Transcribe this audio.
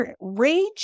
rage